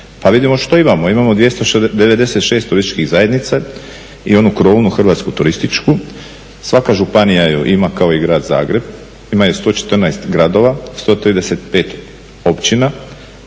Pa vidimo što imamo. Imamo 296 turističkih zajednica i onu krunu hrvatsku turističku, svaka županija ju ima kao i grad Zagreb, ima je 114 gradova, 135 općina,